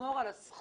לשמור על הזכות